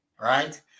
Right